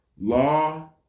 Law